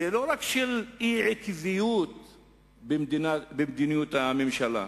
שזאת לא רק אי-עקביות במדיניות הממשלה,